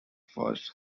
first